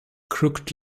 crooked